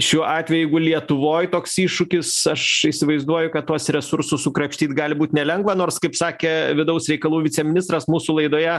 šiuo atveju jeigu lietuvoj toks iššūkis aš įsivaizduoju kad tuos resursus sukrapštyt gali būt nelengva nors kaip sakė vidaus reikalų viceministras mūsų laidoje